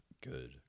good